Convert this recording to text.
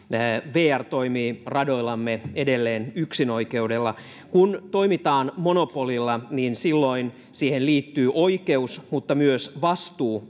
vr toimii radoillamme edelleen yksinoi keudella kun toimitaan monopolilla niin silloin siihen liittyy oikeus mutta myös vastuu